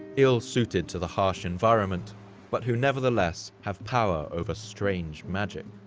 ill suited to the harsh environment but who nevertheless have power over strange magic.